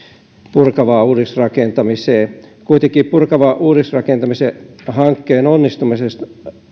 purkavaan uudisrakentamiseen kuitenkin purkavan uudisrakentamisen hankkeen onnistumisessa